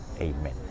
Amen